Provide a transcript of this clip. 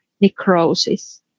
necrosis